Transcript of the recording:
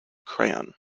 crayon